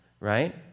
Right